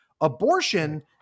Abortion